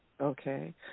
Okay